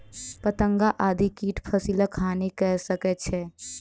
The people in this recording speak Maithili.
पतंगा आदि कीट फसिलक हानि कय सकै छै